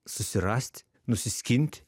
susirast nusiskint